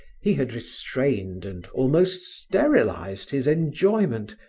he had restrained and almost sterilized his enjoyment,